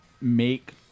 make